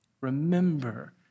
Remember